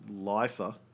lifer